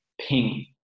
ping